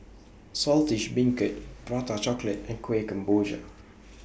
Saltish Beancurd Prata Chocolate and Kuih Kemboja